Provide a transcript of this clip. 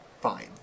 Fine